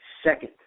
Second